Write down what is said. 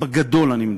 בגדול, אני מדבר,